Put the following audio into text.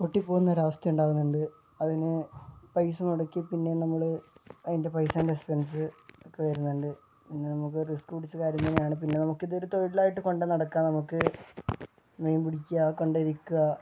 പൊട്ടി പോകുന്ന ഒരവസ്ഥ ഉണ്ടാകുന്നുണ്ട് അതിന് പൈസ മുടക്കി പിന്നെ നമ്മള് അതിൻ്റെ പൈസ അതിൻ്റെ എക്സ്പെൻസ് ഒക്കെ വരുന്നുണ്ട് പിന്നെ നമുക്ക് റിസ്ക്ക് പിടിച്ച കാര്യങ്ങളാണ് പിന്നെ നമുക്ക് ഇതൊരു തൊഴിളായിട്ട് കൊണ്ട് നടക്കാം നമുക്ക് മീൻ പിടിക്കുക കൊണ്ടുപോയി വിൽക്കുക